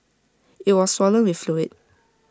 IT was swollen with fluid